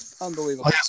Unbelievable